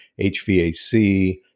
HVAC